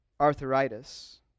arthritis